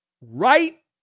right